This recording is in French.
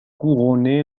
couronné